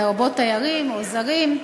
לרבות תיירים או זרים,